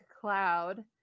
cloud